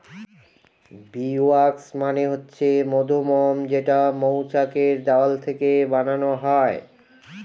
bee wax মানে হচ্ছে মধুমোম যেটা মৌচাক এর দেওয়াল থেকে বানানো হয়